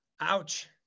Ouch